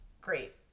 great